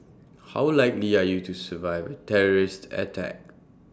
how likely are you to survive A terrorist attack